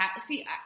see